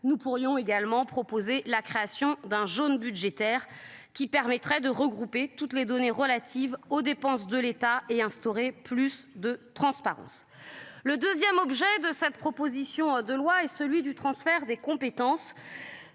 nous pourrions également proposé la création d'un jaune budgétaire qui permettrait de regrouper toutes les données relatives aux dépenses de l'État et instaurer plus de transparence. Le 2ème. Objet de cette proposition de loi et celui du transfert des compétences.